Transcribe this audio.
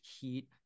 heat